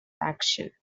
faction